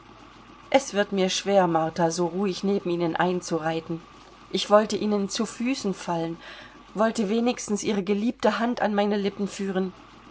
es wird mir schwer martha so ruhig neben ihnen einzureiten ich wollte ihnen zu füßen fallen wollte wenigstens ihre geliebte hand an meine lippen führen